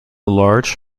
large